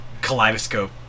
Kaleidoscope